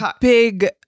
big